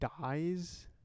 dies